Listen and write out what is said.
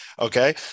Okay